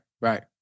Right